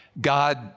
God